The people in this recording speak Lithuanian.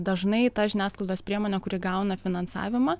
dažnai ta žiniasklaidos priemonė kuri gauna finansavimą